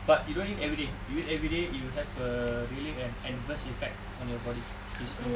but you don't eat everyday you eat everyday you have a really an adverse effect on your body is no good